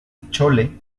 chole